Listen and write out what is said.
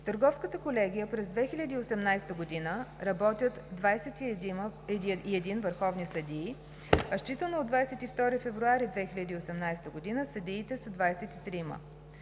В търговска колегия през 2018 г. работят 21 върховни съдии, а считано от 22 февруари 2018 г. съдиите са 23.